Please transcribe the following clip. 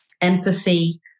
empathy